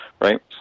Right